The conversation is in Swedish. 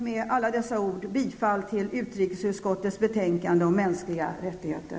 Med alla dessa ord yrkar jag bifall till hemställan i utrikesutskottets betänkande om mänskliga rättigheter.